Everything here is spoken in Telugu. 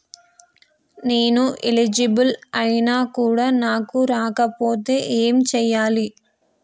నేను ఎలిజిబుల్ ఐనా కూడా నాకు రాకపోతే ఏం చేయాలి?